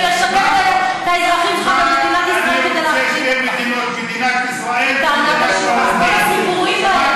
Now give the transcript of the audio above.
ולשכן את האזרחים שלך במדינת ישראל כדי להחריב אותה.